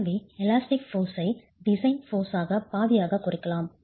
எனவே எலாஸ்டிக் ஃபோர்ஸை design force ஆக பாதியாக குறைக்கலாம்